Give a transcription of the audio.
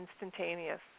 instantaneous